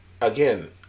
again